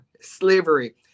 slavery